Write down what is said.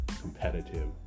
competitive